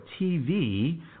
TV